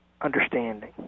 understanding